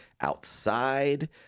outside